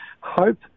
Hope